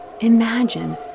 Imagine